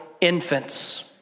infants